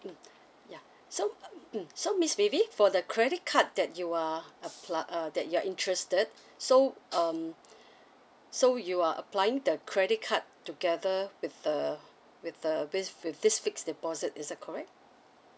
mm ya so mm so miss phoebe for the credit card that you are appl~ uh that you are interested so um so you are applying the credit card together with the with the with with this fixed deposit is that correct